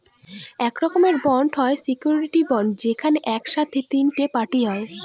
এক রকমের বন্ড হয় সিওরীটি বন্ড যেখানে এক সাথে তিনটে পার্টি হয়